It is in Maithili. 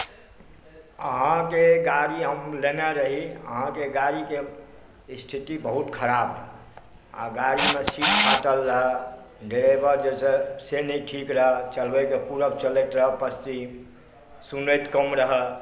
अहाँके गाड़ी हम लेने रही अहाँके गाड़ीके स्थिति बहुत खराब रहय आ गाड़ीमे सीट फाटल रहय डरेबर जे से नहि ठीक रहय चलबै के रहै पूरब चलैत रहै पछिम सुनैत कम रहय